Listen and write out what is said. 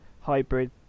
hybrid